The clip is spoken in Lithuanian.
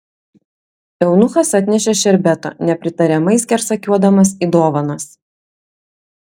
eunuchas atnešė šerbeto nepritariamai skersakiuodamas į dovanas